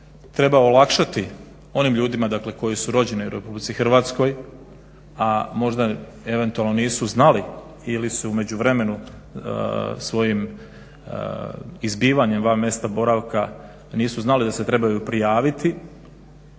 treba olakšati dakle onim ljudima koji su rođeni u RH, a možda eventualno nisu znali ili su u međuvremenu svojim izbivanjem van mjesta boravka nisu znali da se trebaju prijaviti